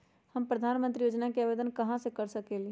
हम प्रधानमंत्री योजना के आवेदन कहा से कर सकेली?